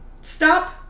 stop